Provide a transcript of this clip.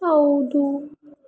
ಹೌದು